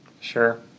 Sure